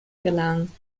gelang